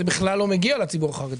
זה בכלל לא מגיע לציבור החרדי.